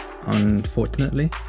Unfortunately